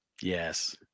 Yes